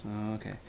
Okay